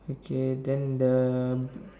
okay then the